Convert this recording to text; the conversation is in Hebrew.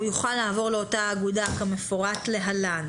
והוא יוכל לעבור לאותה אגודה כמפורט להלן: